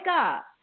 up